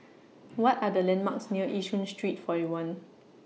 What Are The landmarks near Yishun Street forty one